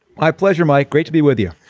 my pleasure mike. great to be with you.